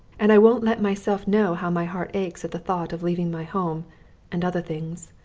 and i won't let myself know how my heart aches at the thought of leaving my home and other things.